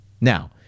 Now